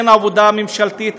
אין עבודה ממשלתית,